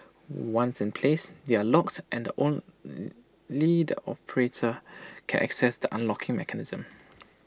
once in place they are locked and only the operator can access the unlocking mechanism